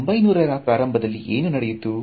1900 ರ ಪ್ರಾರಂಭದಲ್ಲಿ ಏನು ನಡೆಯಿತು